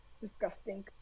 Disgusting